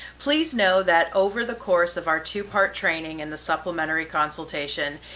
please know that over the course of our two part training and the supplementary consultation,